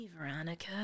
Veronica